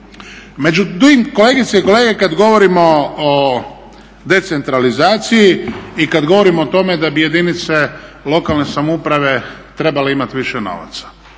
Međutim kolegice i kolege kada govorimo o decentralizaciji i kada govorimo o tome da bi jedinice lokalne samouprave trebale imati više novaca.